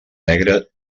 negra